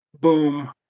Boom